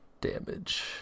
damage